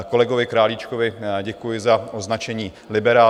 Kolegovi Králíčkovi děkuji za označení liberál.